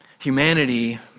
Humanity